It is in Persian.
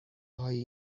هایی